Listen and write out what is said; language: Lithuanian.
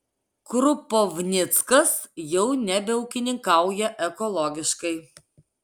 krupovnickas jau nebeūkininkauja ekologiškai